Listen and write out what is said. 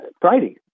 Friday